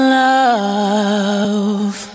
love